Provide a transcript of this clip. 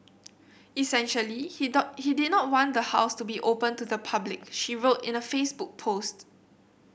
essentially he dot he did not want the house to be open to the public she wrote in a Facebook post